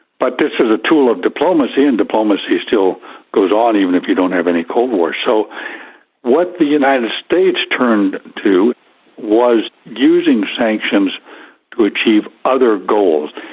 but this is a tool of diplomacy and diplomacy still goes on even if you don't have any cold war. so what the united states turned to was using sanctions to achieve other goals.